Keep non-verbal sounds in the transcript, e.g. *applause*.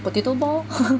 potato ball *laughs*